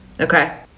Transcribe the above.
Okay